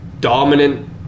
dominant